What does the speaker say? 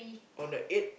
on the eighth